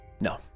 No